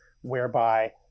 whereby